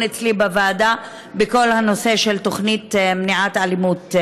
אצלי בוועדה בכל הנושא של מניעת אלימות,